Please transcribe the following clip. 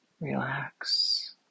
relax